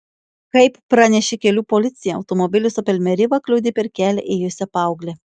kaip pranešė kelių policija automobilis opel meriva kliudė per kelią ėjusią paauglę